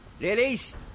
Ladies